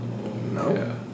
No